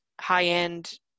high-end